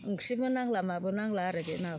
ओंख्रिबो नांला माबो नांला आरो बे नाखौ